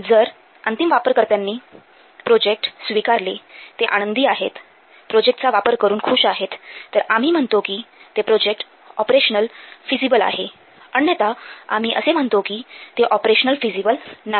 जर अंतिम वापरकर्त्यांनी प्रोजेक्ट स्वीकारले ते आनंदी आहेत प्रोजेक्टचा वापर करून खुश आहेत तर आम्ही म्हणतो कि ते प्रोजेक्ट ऑपरेशनल फिझीबल आहे अन्यथा आम्ही असे म्हणतो कि ते ऑपरेशनल फिझीबल नाही